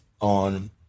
on